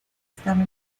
estaba